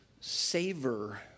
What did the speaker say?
savor